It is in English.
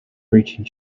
breaching